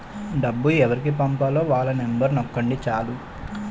డబ్బు ఎవరికి పంపాలో వాళ్ళ నెంబరు నొక్కండి చాలు